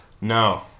No